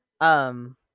Um-